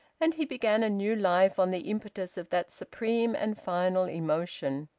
and he began a new life on the impetus of that supreme and final emotion.